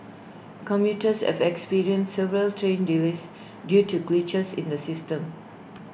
commuters have experienced several train delays due to glitches in the system